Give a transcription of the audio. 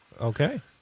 Okay